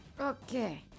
Okay